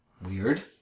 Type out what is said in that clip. Weird